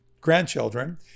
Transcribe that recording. grandchildren